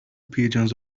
pigeons